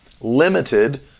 Limited